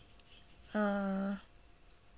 uh